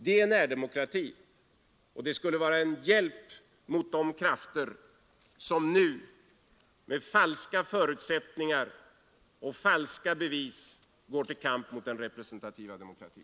Det är närdemokrati, och det skulle vara en hjälp att motarbeta de krafter som nu med falska förutsättningar och falska bevis går till kamp mot den representativa demokratin.